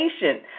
patient